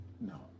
No